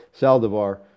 Saldivar